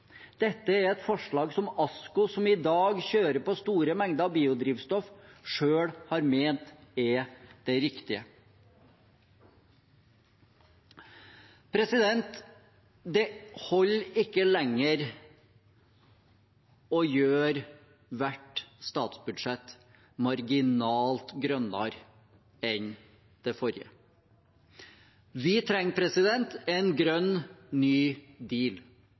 Dette er et forslag som ASKO, som i dag kjører på store mengder biodrivstoff, selv har ment er det riktige. Det holder ikke lenger å gjøre hvert statsbudsjett marginalt grønnere enn det forrige. Vi trenger en grønn ny